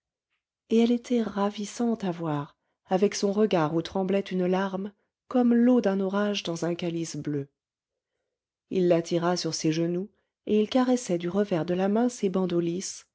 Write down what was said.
et elle était ravissante à voir avec son regard où tremblait une larme comme l'eau d'un orage dans un calice bleu il l'attira sur ses genoux et il caressait du revers de la main ses bandeaux lisses